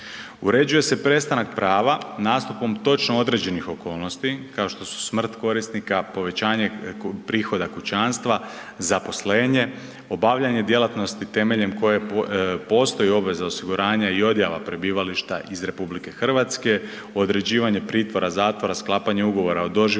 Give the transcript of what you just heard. Uređuje se prestanak prava nastupom točno određenih okolnosti kao što su smrt korisnika, povećanje prihoda kućanstva, zaposlenje, obavljanje djelatnosti temeljem koje postoji obveza osiguranja i odjava prebivališta iz RH, određivanje pritvora, zatvora, sklapanja ugovora o doživotnom